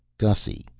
gussy,